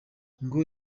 ngo